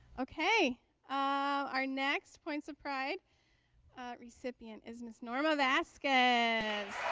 okay our next points of pride recipient is ms. norma vasquez